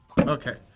Okay